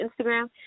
Instagram